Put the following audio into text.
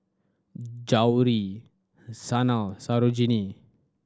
Gauri Sanal Sarojini